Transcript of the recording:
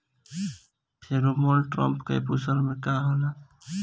Pheromone trap capsule में का होला?